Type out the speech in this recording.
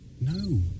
no